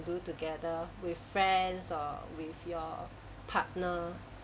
do together with friends or with your partner